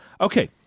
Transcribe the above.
Okay